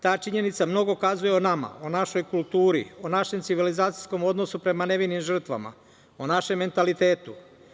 Ta činjenica mnogo kazuje o nama, o našoj kulturi, o našem civilizacijskom odnosu prema nevinim žrtvama, o našem mentalitetu.